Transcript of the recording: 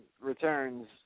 returns